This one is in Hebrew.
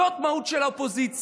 זאת המהות של האופוזיציה: